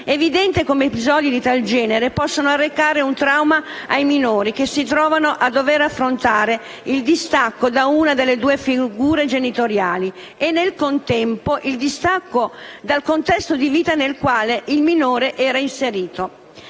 evidente come episodi di tal genere possano arrecare un trauma ai minori che si trovano a dover affrontare il distacco da una delle due figure genitoriali e, nel contempo, il distacco dal contesto di vita nel quale il minore era inserito.